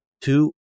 two